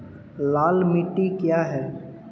लाल मिट्टी क्या है?